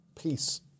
peace